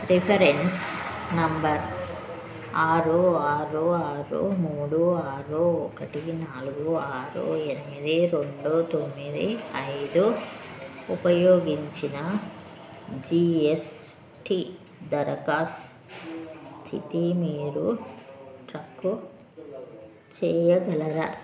reference number ఆరు ఆరు ఆరు మూడు ఆరు ఒకటి నాలుగు ఆరు ఎనిమిది రెండు తొమ్మిది ఐదు ఉపయోగించి నా జీఎస్టీ దరఖాస్తు స్థితిని మీరు ట్రాక్ చేయగలరా